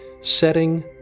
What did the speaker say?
setting